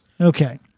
Okay